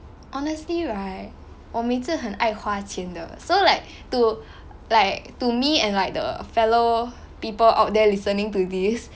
honestly right 我每次很爱花钱的 so like to like to me and like the fellow people out there listening to this